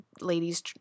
ladies